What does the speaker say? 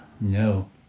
no